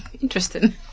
Interesting